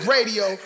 Radio